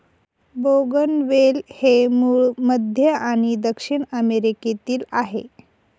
बोगनवेल हे मूळ मध्य आणि दक्षिण अमेरिकेतील आहे